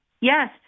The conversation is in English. Yes